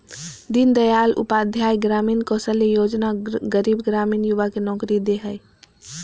दीन दयाल उपाध्याय ग्रामीण कौशल्य योजना गरीब ग्रामीण युवा के नौकरी दे हइ